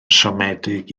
siomedig